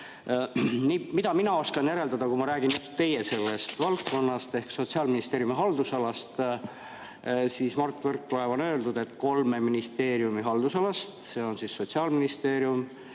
Mida mina oskan järeldada, kui ma räägin teie valdkonnast ehk Sotsiaalministeeriumi haldusalast, on see. Mart Võrklaev on öelnud, et kolme ministeeriumi haldusalast, Sotsiaalministeeriumi,